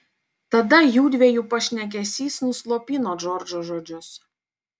tada jųdviejų pašnekesys nuslopino džordžo žodžius